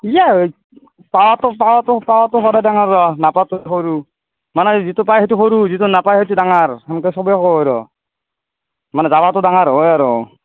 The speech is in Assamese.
ইয়ে আৰ পোৱাটো পোৱাটো পোৱাটো সদায় ডাঙৰ ৰ নাপাৱটো সৰু মানে যিটো পায় সেইটো সৰু যিটো নাপায় সেইটো ডাঙৰ তেনেকে চবেই কয় ৰ মানে জ্বালাটো ডাঙৰ হয় আৰু